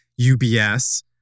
UBS